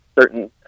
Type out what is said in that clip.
certain